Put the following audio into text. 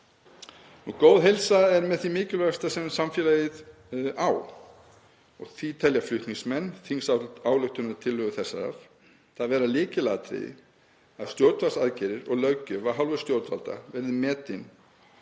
Góð heilsa er með því mikilvægasta sem samfélagið á og því telja flutningsmenn þingsályktunartillögu þessarar það vera lykilatriði að stjórnvaldsaðgerðir og löggjöf af hálfu stjórnvalda verði metin